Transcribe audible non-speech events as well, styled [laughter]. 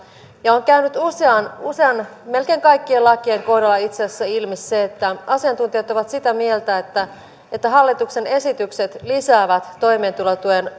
on käynyt usean usean melkein kaikkien lakien kohdalla itse asiassa ilmi se että asiantuntijat ovat sitä mieltä että että hallituksen esitykset lisäävät toimeentulotuen [unintelligible]